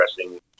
interesting